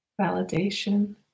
validation